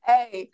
Hey